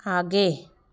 आगे